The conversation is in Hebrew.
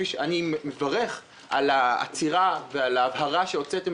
אני מברך על ההצהרה ועל ההבהרה שהוצאתם